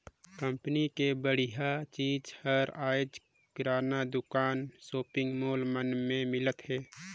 company के बड़िहा चीज हर आयज किराना दुकान, सॉपिंग मॉल मन में मिलत हे